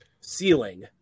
ceiling